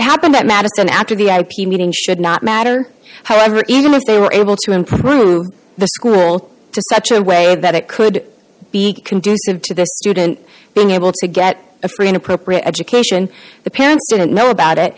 happened at madison after the ip meeting should not matter however even if they were able to improve the school to such a way that it could be conducive to the student being able to get a free an appropriate education the parents didn't know about it